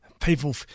people